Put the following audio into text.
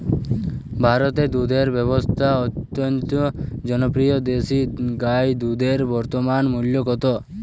ভারতে দুধের ব্যাবসা অত্যন্ত জনপ্রিয় দেশি গাই দুধের বর্তমান মূল্য কত?